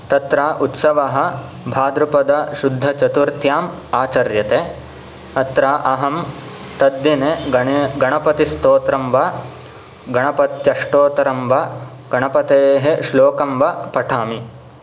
तत्र उत्सवः भाद्रपदशुद्धचतुर्थ्याम् आचर्यते अत्र अहं तद्दिने गणे गणपतिस्तोत्रं वा गणपत्यष्टोत्तरं वा गणपतेः श्लोकं वा पठामि